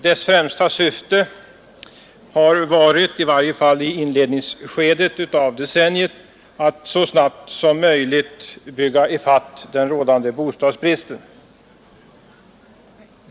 Dess främsta syfte, i varje fall under decenniets inledningsskede, har varit att så snabbt som möjligt bygga ifatt den rådande bostadsbristen.